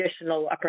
additional